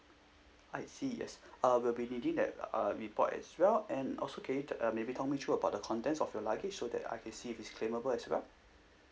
I see yes uh we'll be needing that uh report as well and also can you tell uh maybe talk me through about the contents of your luggage so that I can see if it's claimable as well